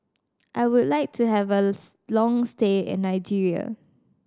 I would like to have a long stay in Nigeria